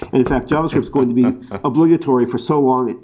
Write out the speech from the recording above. and in fact, javascript's going to be obligatory for so long.